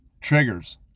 triggers